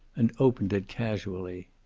and opened it casually.